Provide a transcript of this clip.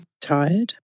tired